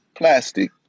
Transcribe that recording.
Plastic